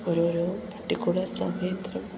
ഒരോരോ പട്ടിക്കുലർ സമയത്തും